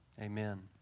Amen